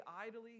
idly